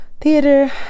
theater